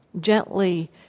gently